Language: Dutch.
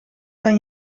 kan